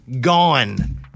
Gone